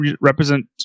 represent